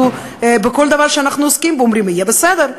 בכל דבר שאנחנו עוסקים, אומרים: יהיה בסדר.